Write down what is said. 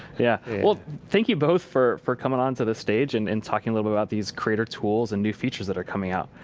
yeah, well thank you both for for coming onto the stage and and talking a little about these creator tools and new features that are coming out.